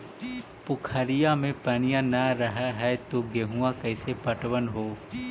पोखरिया मे पनिया न रह है तो गेहुमा कैसे पटअब हो?